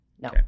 No